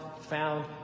found